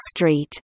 Street